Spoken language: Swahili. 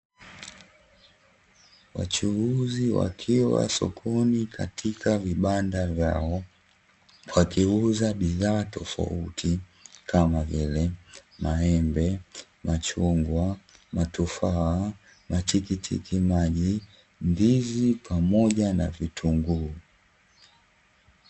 Wachuuzi wakiwa sokoni katika vibanda vyao wakiuza bidhaa tofauti kama vile maembe, machungwa, matufaa, matikiti maji, ndizi pamoja na vitunguu.